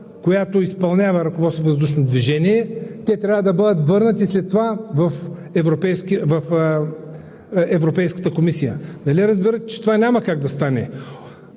която изпълнява „Ръководство въздушно движение“, трябва да бъдат върнати след това в Европейската комисия. Нали разбирате, че това няма как да стане?